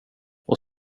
och